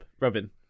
Robin